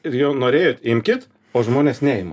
ir jau norėjot imkit o žmonės neima